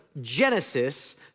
Genesis